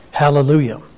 Hallelujah